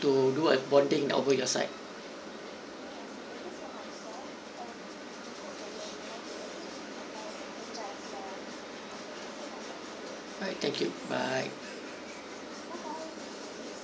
to do a bonding over your site okay thank you bye